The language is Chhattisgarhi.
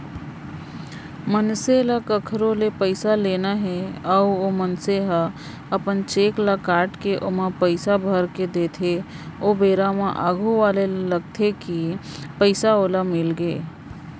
मनसे ल कखरो ले पइसा लेना हे अउ ओ मनसे ह अपन चेक ल काटके ओमा पइसा भरके देथे ओ बेरा म आघू वाले ल लगथे कि पइसा ओला मिलगे